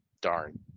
darn